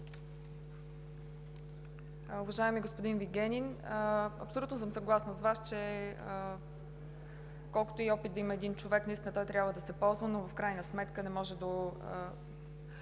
Уважаеми господин Вигенин, абсолютно съм съгласна с Вас, че колкото и опит да има един човек, той наистина трябва да се ползва, но в крайна сметка не може до